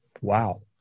wow